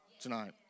tonight